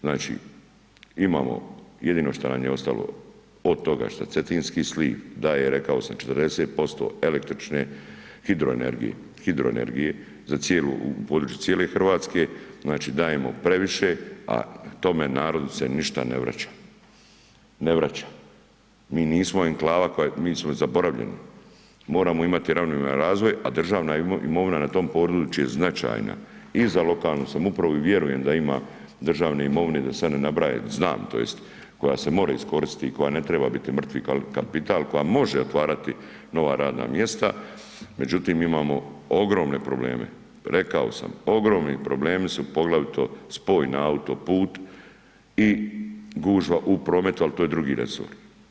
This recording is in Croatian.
Znači imamo, jedino šta nam je ostalo od toga što cetinski sliv daje, rekao sam, 40% električne hidroenergije, hidroenergije u području cijele RH, znači dajemo previše, a tome narodu se ništa ne vraća, ne vraća, mi nismo enklava koja, mi smo i zaboravljeni, moramo imati ravnomjeran razvoj, a državna imovina na tom području je značajna i za lokalnu samoupravu i vjerujem da ima državne imovine da sad ne nabrajam, znam tj. koja se more iskoristit i koja ne triba biti mrtvi kapital, koja može otvarati nova radna mjesta, međutim imamo ogromne probleme, rekao sam ogromni problemi su poglavito spoj na autoput i gužva u prometu, al to je drugi resor.